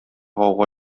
гауга